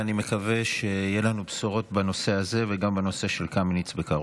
ואני מקווה שיהיו לנו בשורות בקרוב בנושא הזה וגם בנושא של קמיניץ.